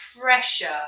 pressure